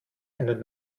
einen